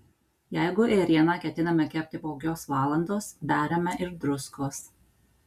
jeigu ėrieną ketiname kepti po kokios valandos beriame ir druskos